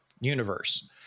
universe